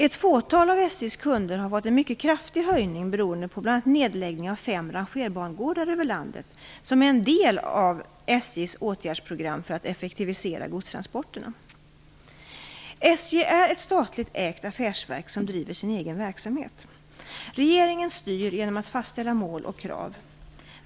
Ett fåtal av SJ:s kunder har fått en mycket kraftig höjning beroende på bl.a. nedläggningar av fem rangerbangårdar över landet, som är en del i SJ:s åtgärdsprogram för att effektivisera godstransporterna. SJ är ett statligt ägt affärsverk som driver sin egen verksamhet. Regeringen styr genom att fastställa mål och krav.